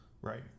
right